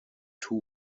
two